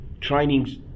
training's